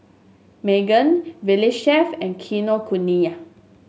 Megan Valley Chef and Kinokuniya